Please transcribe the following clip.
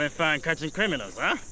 ah fun and catching criminals ah!